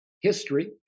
history